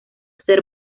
ser